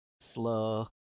slow